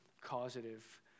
causative